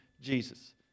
Jesus